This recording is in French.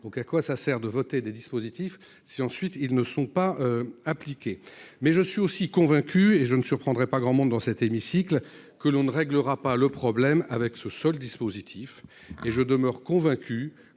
donc à quoi ça sert de voter des dispositifs si ensuite ils ne sont pas appliquées, mais je suis aussi convaincu et je ne surprendrai pas grand monde dans cet hémicycle, que l'on ne réglera pas le problème avec ce seul dispositif et je demeure convaincu